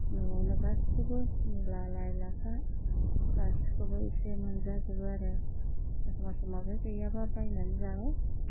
न'आवनो गासिखौबो मुला लाइ लाफा गासिबखौबो एसे मोनजाजोबो आरो एखम्बा समाव बे गैयाबा बायनानै जाबाय